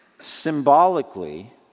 symbolically